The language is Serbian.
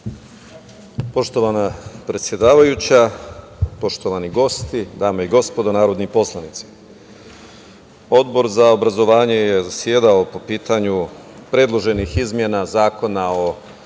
Poštovana predsedavajuća, poštovani gosti, dame i gospodo narodni poslanici, Odbor za obrazovanje je zasedao po pitanju predloženih izmena Zakona o